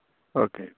okay